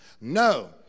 no